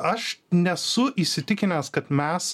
aš nesu įsitikinęs kad mes